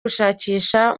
gushakisha